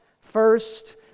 first